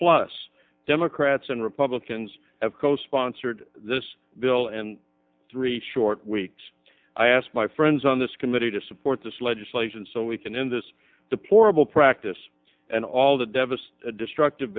plus democrats and republicans have co sponsored this bill and three short weeks i ask my friends on this committee to support this legislation so we can end this deplorable practice and all the devastated destructive